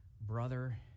brother